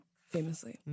Famously